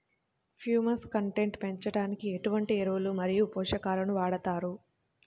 Humus content పెంచడానికి ఎటువంటి ఎరువులు మరియు పోషకాలను వాడతారు?